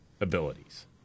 abilities